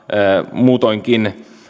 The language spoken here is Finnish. muutoinkin